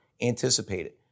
anticipated